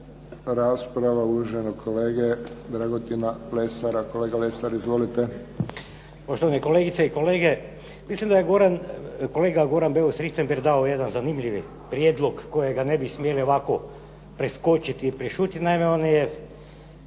uvaženog kolege Dragutina Lesara. Kolega Lesar izvolite. **Lesar, Dragutin (Nezavisni)** Poštovane kolegice i kolege, mislim da je kolega Goran Beus Richembergh dao jedan zanimljivi prijedlog kojeg ne bi smjeli ovako preskočiti, prešutjeti. Naime, on je